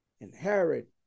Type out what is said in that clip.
inherit